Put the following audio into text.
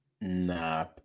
Nah